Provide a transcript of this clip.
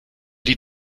die